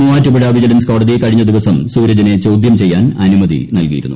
Muvattupuzha vigilance കോടതി കഴിഞ്ഞ ദിവസം സൂരജിനെ ചോദ്യം ചെയ്യാൻ അനുമതി നൽകിയിരുന്നു